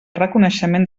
reconeixement